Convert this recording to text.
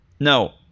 No